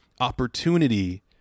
opportunity